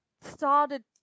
started